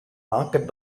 market